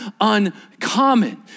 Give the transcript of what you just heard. uncommon